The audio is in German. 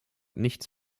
nichts